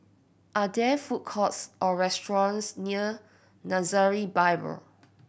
are there food courts or restaurants near Nazareth Bible